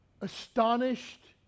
astonished